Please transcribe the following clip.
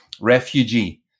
refugee